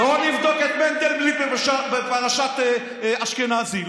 לא נבדוק את מנדלבליט בפרשת אשכנזי.